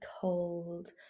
cold